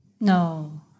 No